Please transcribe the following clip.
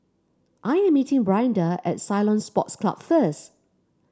I am meeting Brianda at Ceylon Sports Club first